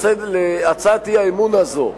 הצעת האי-אמון הזאת,